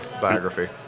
biography